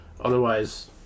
Otherwise